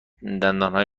دندانهای